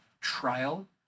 trial